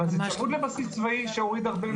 אבל זה צמוד לבסיס צבאי שהוריד הרבה מאוד עצים.